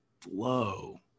flow